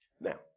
Now